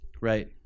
Right